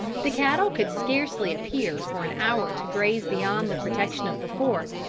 the cattle could scarcely appear for an hour to graze beyond the protection of the fort,